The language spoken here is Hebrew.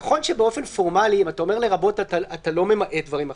נכון שבאופן פורמלי אם אתה אומר "לרבות" אתה לא ממעט דברים אחרים,